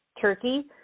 turkey